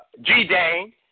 G-Dane